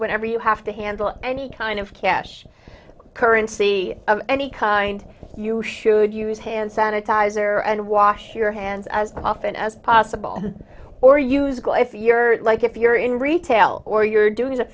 whenever you have to handle any kind of cash currency of any kind you should use hand sanitizer and wash your hands as often as possible or use go if you're like if you're in retail or you're doing